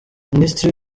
minisitiri